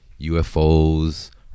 UFOs